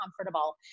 comfortable